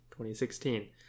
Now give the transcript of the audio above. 2016